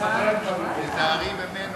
תיזהרי ממנו.